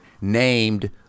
named